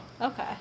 okay